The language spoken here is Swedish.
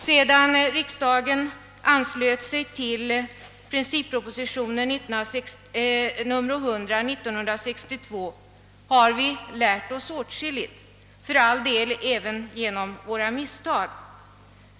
Sedan riksdagen antog princippropositionen nr 100 av år 1962 har vi lärt oss åtskilligt, för all del även genom våra misstag.